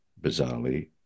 bizarrely